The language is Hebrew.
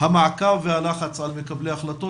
המעקב והלחץ על מקבלי ההחלטות,